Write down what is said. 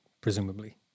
presumably